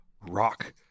rock